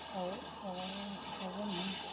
او او اوون ہے